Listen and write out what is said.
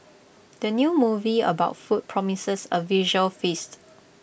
the new movie about food promises A visual feast